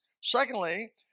Secondly